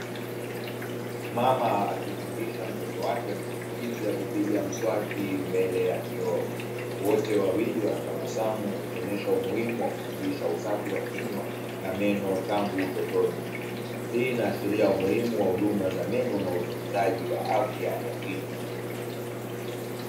Mama akimfundisha mtoto wake jinsi ya kupiga mswaki mbele ya kioo, wote wawili wanatabasamu ikionyesha umuhimu wa kufundisha usafi wa kinywa na meno tangu utotoni. Hii inaashiria umuhimu wa huduma za meno na utunzaji wa afya ya kinywa.